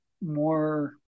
more